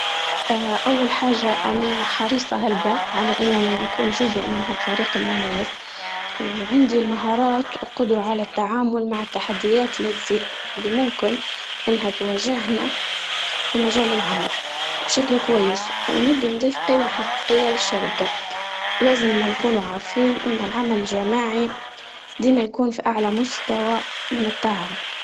اه اول حاجة انايا حريصة على اني نكون جزء منها الفريق المميز، وعندي المهارات وقدرة على التعامل مع التحديات اللي ممكن انها تواجهنا في مجال العمل، بشكل كويس ونبدي نضيف قيمة حب الشركة. ولازمنا نكونو عارفين ان العمل الجماعي ديما يكون فأعلى مستوى من التعاون